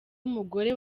umugore